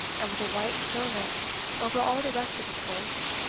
and with a white stillness over all the rest of his face.